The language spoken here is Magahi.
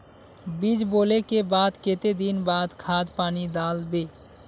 बीज बोले के बाद केते दिन बाद खाद पानी दाल वे?